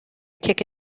kick